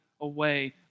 away